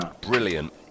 Brilliant